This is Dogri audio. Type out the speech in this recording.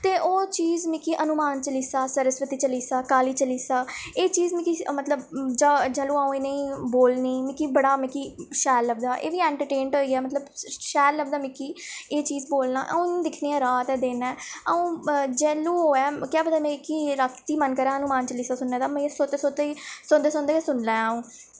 ते ओह् चीज मिकी हनुमान चलीसा सरस्वती चलीसा काली चलीसा एह् चीज मिकी मतलब ज जैह्लूं अ'ऊं इ'नें बोलनी मिकी बड़ा मिकी शैल लगदा एह् बी एंटरटेन्ड होई गेआ मतलब शैल लगदा मिकी एह् चीज बोलना अ'ऊं निं दिक्खनी ऐ रात ऐ दिन ऐ अ'ऊं जैह्लूं होऐ क्या पता मिकी राती मन करै हनुमान चलीसा सुनने दा मने सोते सोते ही सोंदे सोंदे गै सुनी लैं अ'ऊं ते